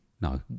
No